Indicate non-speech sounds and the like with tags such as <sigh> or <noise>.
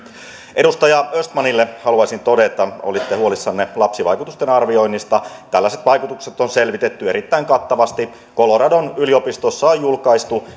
edustaja östmanille haluaisin todeta kun olitte huolissanne lapsivaikutusten arvioinnista tällaiset vaikutukset on selvitetty erittäin kattavasti coloradon yliopistossa on julkaistu <unintelligible>